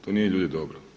To nije ljudi dobro.